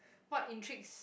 what intrigues